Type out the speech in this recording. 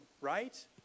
right